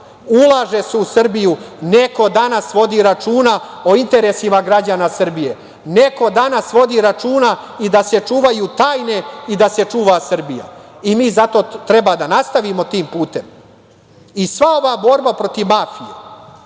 se. Ulaže se u Srbiju. Neko danas vodi računa o interesima građana Srbije. Neko danas vodi računa i da se čuvaju tajne i da se čuva Srbija. I mi zato treba da nastavimo tim putem. Sva ova borba protiv mafije,